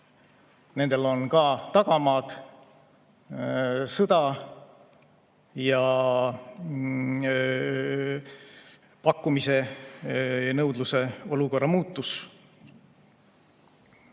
nendel on ka tagamaad: sõda, pakkumise-nõudluse olukorra muutus.